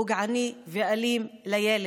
פוגעני ואלים לילד,